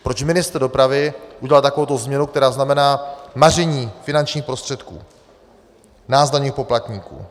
Proč ministr dopravy udělal takovouto změnu, která znamená maření finančních prostředků nás daňových poplatníků.